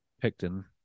Picton